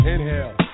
Inhale